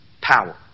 Power